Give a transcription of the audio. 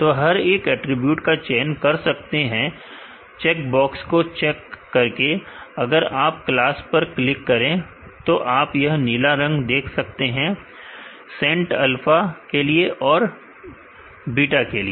तो हर एक अटरीब्यूट का चयन कर सकते हैं चेक बॉक्स को चेक करके अगर आप क्लास पर क्लिक करें तो आप यह नीला रंग देख सकते हैं सेंट अल्फा के लिए और बीटा के लिए